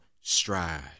stride